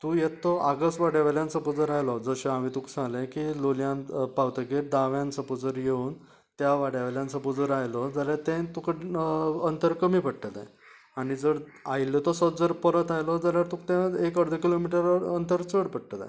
तूं येत तो आगास वाड्यावयल्यान सपोज जर आयलो जशें हांवेंन तुका सांगले की लोलयां पावतगीर दाव्यान सपोज जर येवन त्या वाड्यावयल्यान सपोज जर आयलो जाल्यार ते तुका अंतर कमी पडटले आनी जर आयिल्लो तसोच जर परत आयलो जाल्यार तुका तें एक अर्द किलोमिटर अंतर चड पडटले